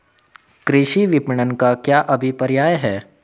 कृषि विपणन का क्या अभिप्राय है?